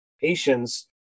patients